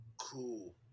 Cool